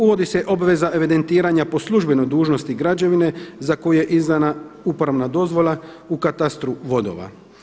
Uvodi se obveza evidentiranja po službenoj dužnosti građevine za koju je izdana uporabna dozvola u katastru vodova.